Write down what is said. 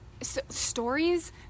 stories